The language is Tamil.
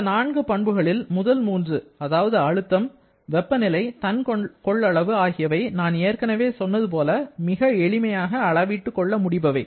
இந்த நான்கு பண்புகளில் முதல் மூன்று அதாவது அழுத்தம் வெப்பநிலை தன் கொள்ளளவு ஆகியவை நான் ஏற்கனவே சொன்னது போல மிக எளிமையாக அளவிட்டுக் கொள்ள முடிபவை